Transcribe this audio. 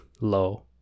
low